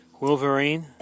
Wolverine